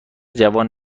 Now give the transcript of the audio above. جوان